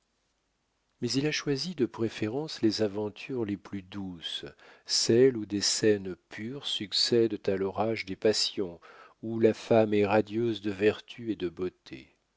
mais il a choisi de préférence les aventures les plus douces celles où des scènes pures succèdent à l'orage des passions où la femme est radieuse de vertus et de beauté